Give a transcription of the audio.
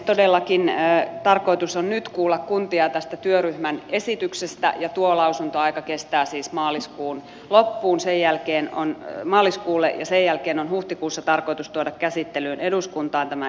todellakin tarkoitus on nyt kuulla kuntia tästä työryhmän esityksestä ja tuo lausuntoaika kestää siis maaliskuun loppuun sen jälkeen on jo maaliskuulle ja sen jälkeen on huhtikuussa tarkoitus tuoda käsittelyyn eduskuntaan tämä esitys